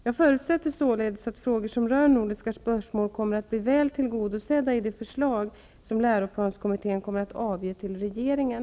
Jag förutsätter således att frågor som rör nordiska spörsmål kommer att bli väl tillgodosedda i det förslag som läroplanskommittén kommer att avge till regeringen.